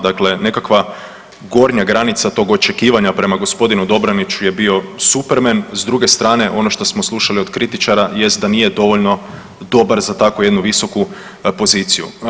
Dakle nekakva gornja granica tog očekivanja prema g. Dobroniću je bio Superman, s druge strane, ono to smo slušali od kritičara jest da nije dovoljno dobar za tako jednu visoku poziciju.